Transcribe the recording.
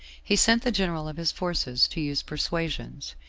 he sent the general of his forces to use persuasions,